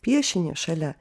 piešinį šalia